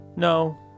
No